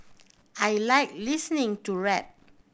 I like listening to rap